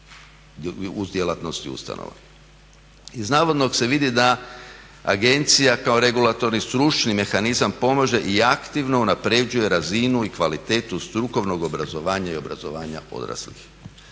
uz djelatnosti ustanova. Iz navodnog se vidi da agencija kao regulatorni stručni mehanizam pomaže i aktivno unapređuje razinu i kvalitetu strukovnog obrazovanja i obrazovanja odraslih.